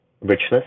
richness